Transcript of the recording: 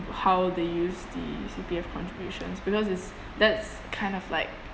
how they use the C_P_F contributions because it's that's kind of like